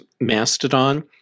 Mastodon